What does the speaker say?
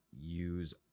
use